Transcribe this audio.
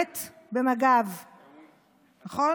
שירת במג"ב, נכון?